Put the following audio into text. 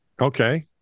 Okay